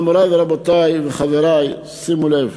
אבל, מורי ורבותי וחברי, שימו לב